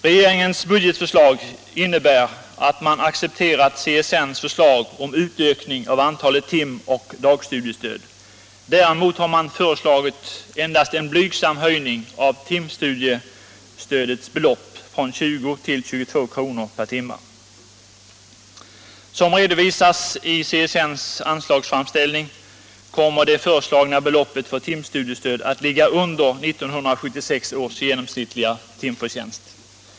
Regeringens budgetförslag innebär att man accepterat CSN:s förslag om utökning av antalet tim och dagstudiestöd. Däremot har man föreslagit endast en blygsam höjning av timstudiestödets belopp, från 20 till 22 kr. per timme. Som redovisas i CSN:s anslagsframställning kommer det föreslagna beloppet för timstudiestöd att ligga under 1976 års genomsnittliga timförtjänst.